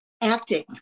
acting